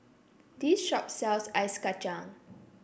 this shop sells Ice Kacang